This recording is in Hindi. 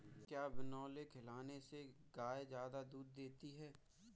क्या बिनोले खिलाने से गाय दूध ज्यादा देती है?